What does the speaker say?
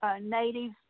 Native